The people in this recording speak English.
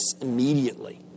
immediately